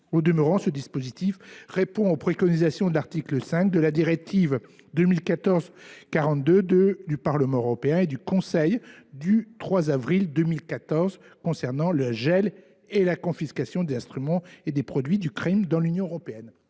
Au demeurant, ce dispositif répond aux préconisations de l’article 5 de la directive 2014 42 du Parlement européen et du Conseil du 3 avril 2014 concernant le gel et la confiscation des instruments et des produits du crime dans l’Union européenne.